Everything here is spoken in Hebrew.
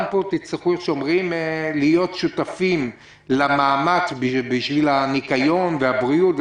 גם פה תצטרכו להיות שותפים למאמץ בשביל הבריאות.